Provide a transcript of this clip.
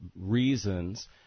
reasons